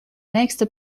nächste